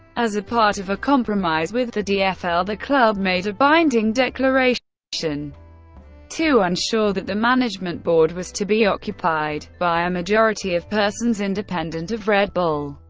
as a part of a compromise with the dfl, the club made a binding declaration to ensure that the management board was to be occupied by a majority of persons independent of red bull.